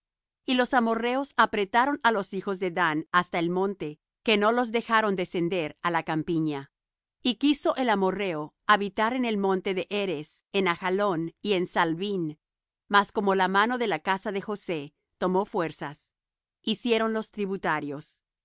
beth anath los amorrheos apretaron á los hijos de dan hasta el monte que no los dejaron descender á la campiña y quiso el amorrheo habitar en el monte de heres en ajalón y en saalbín mas como la mano de la casa de josé tomó fuerzas hiciéronlos tributarios y